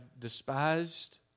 despised